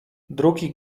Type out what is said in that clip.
drugi